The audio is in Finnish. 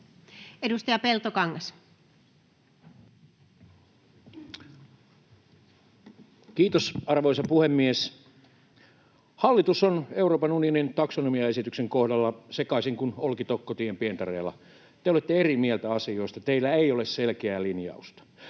16:21 Content: Kiitos, arvoisa puhemies! Hallitus on Euroopan unionin taksonomiaesityksen kohdalla sekaisin kuin olkitokko tienpientareella. Te olette eri mieltä asioista, teillä ei ole selkää linjausta.